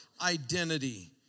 identity